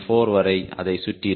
4 வரை அதைச் சுற்றி இருந்தால்